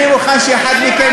איזה תחבורה ציבורית?